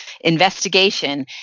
investigation